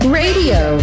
radio